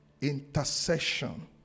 intercession